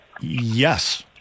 Yes